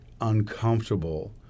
uncomfortable